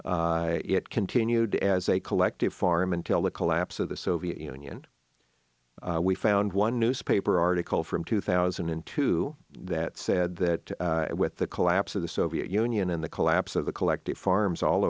death it continued as a collective farm until the collapse of the soviet union we found one newspaper article from two thousand and two that said that with the collapse of the soviet union and the collapse of the collective farms all